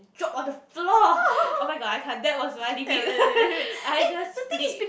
drop on the floor oh-my-god I can't that was my limit I just flipped